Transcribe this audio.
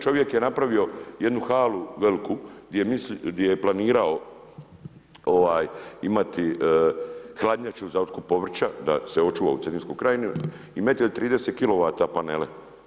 Čovjek je napravio jednu halu veliku gdje je planirao imati hladnjaču za otkup povrća, da se očuva u Cetinskoj krajini i metnuo je 30 kilovata panele.